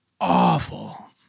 awful